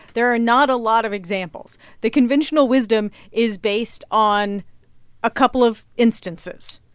there are not a lot of examples. the conventional wisdom is based on a couple of instances,